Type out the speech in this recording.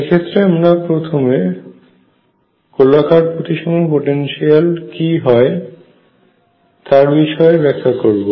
এক্ষেত্রে আমরা প্রথমে গোলাকার প্রতিসম পটেনশিয়াল কি হয় তার বিষয়ে ব্যাখ্যা করব